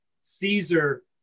Caesar